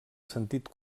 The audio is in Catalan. sentit